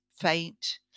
faint